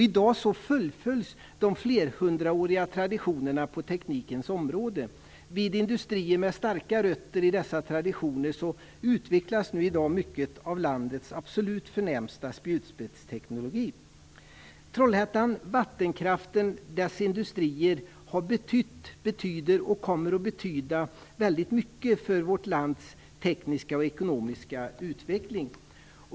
I dag fullföljs de flerhundraåriga traditionerna på teknikens område. Vid industrier med starka rötter i dessa traditioner utvecklas i dag mycket av landets absolut förnämsta spjutspetsteknologi. Trollhättan, vattenkraften och dess industrier har betytt, betyder och kommer att betyda väldigt mycket för vårt lands tekniska och ekonomiska utveckling.